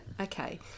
okay